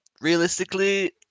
Realistically